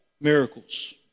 Miracles